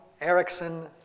Erickson